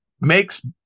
Makes